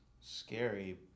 Scary